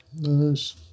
Nice